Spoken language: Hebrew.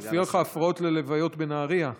מופיע לך: הפרעות ללוויות בנהריה.